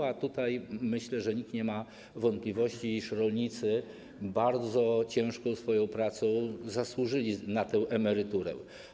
A myślę, że nikt nie ma wątpliwości, iż rolnicy bardzo ciężką swoją pracą zasłużyli na tę emeryturę.